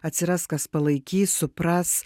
atsiras kas palaikys supras